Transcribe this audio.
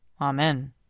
Amen